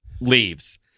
leaves